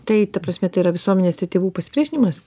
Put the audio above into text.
tai ta prasme tai yra visuomenės tai tėvų pasipriešinimas